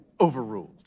Overruled